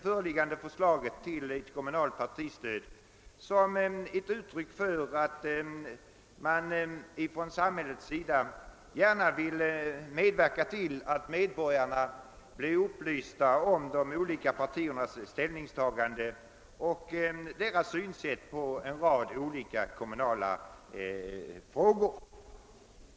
"Föreliggande förslag om kommunalt partistöd får ses som ett uttryck för att man från samhällets sida gärna vill medverka till att upplysa medborgarna om de olika partiernas ställningstaganden till och synsätt på kommunala frågor.